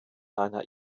einer